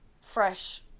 fresh